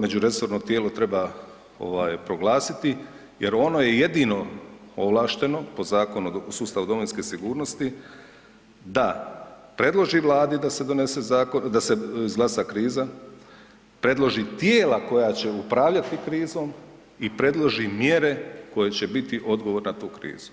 međuresorno tijelo treba ovaj proglasiti jer ono je jedino ovlašteno po Zakonu o sustavu domovinske sigurnosti da predloži Vladi da se donese zakon, da se izglasa kriza, predloži tijela koja će upravljati krizom i predloži mjere koje će biti odgovor na tu krizu.